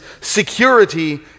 security